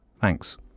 Thanks